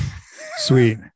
sweet